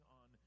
on